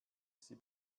sie